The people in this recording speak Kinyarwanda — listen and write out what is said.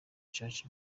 church